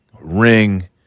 Ring